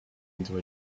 into